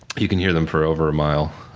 you can hear them for over a mile,